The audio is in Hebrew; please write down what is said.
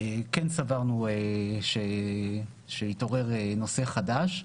כן סברנו שהתעורר נושא חדש,